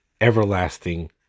everlasting